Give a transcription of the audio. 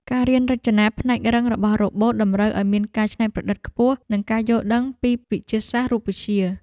ការរៀនរចនាផ្នែករឹងរបស់រ៉ូបូតតម្រូវឱ្យមានការច្នៃប្រឌិតខ្ពស់ និងការយល់ដឹងពីវិទ្យាសាស្ត្ររូបវិទ្យា។